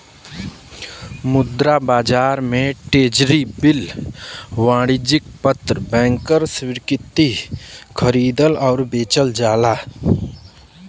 मुद्रा बाजार में ट्रेज़री बिल वाणिज्यिक पत्र बैंकर स्वीकृति खरीदल आउर बेचल जाला